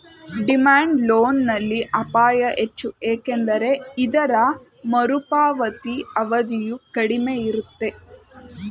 demand loan ನಲ್ಲಿ ಅಪಾಯ ಹೆಚ್ಚು ಏಕೆಂದರೆ ಇದರ ಮರುಪಾವತಿಯ ಅವಧಿಯು ಕಡಿಮೆ ಇರುತ್ತೆ